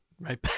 Right